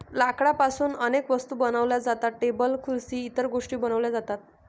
लाकडापासून अनेक वस्तू बनवल्या जातात, टेबल खुर्सी इतर गोष्टीं बनवल्या जातात